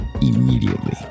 immediately